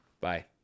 Bye